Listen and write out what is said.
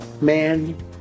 man